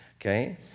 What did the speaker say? Okay